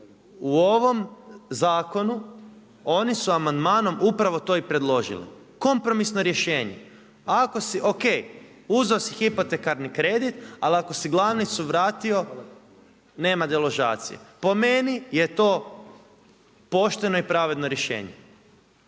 u ovom zakonu oni su amandmanom upravo to i predložili, kompromisno rješenje, ako si, O.K, uzeo si hipotekarni kredit ali ako si glavnicu vratio nema deložacije. Po meni je to pošteno i pravedno rješenje